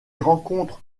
rencontre